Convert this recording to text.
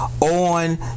on